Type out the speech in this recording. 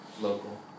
local